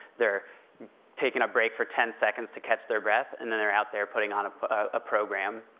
they're taking a break for ten seconds to catch their breath, and then they're out there putting on a program.